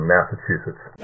Massachusetts